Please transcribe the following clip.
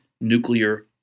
nuclear